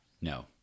No